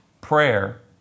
prayer